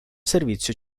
servizio